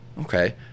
Okay